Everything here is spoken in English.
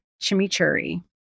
chimichurri